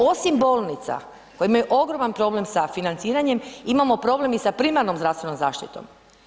Osim bolnica koje imaju ogroman problem sa financiranjem, imamo problem i sa primarnom zdravstvenom zaštitom.